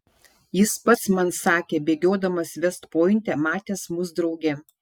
jis pats man sakė bėgiodamas vest pointe matęs mus drauge